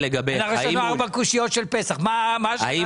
האם